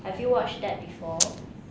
have you watched that before